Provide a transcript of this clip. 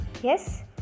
Yes